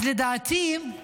אז לדעתי,